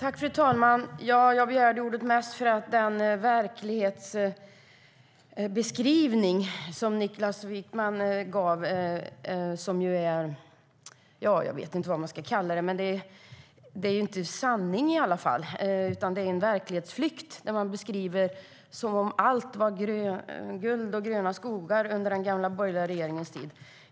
Fru talman! Jag begärde ordet för att den verklighetsbeskrivning som Niklas Wykman gav var, jag vet inte vad jag ska kalla den men den var i alla fall inte sann. Det är verklighetsflykt när man beskriver det som om allt var guld och gröna skogar under den borgerliga regeringens tid.